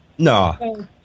No